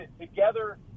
together